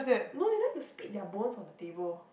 no they like to spit their bones on the table